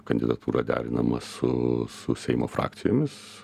kandidatūra derinama su su seimo frakcijomis